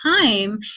time